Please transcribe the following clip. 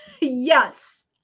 Yes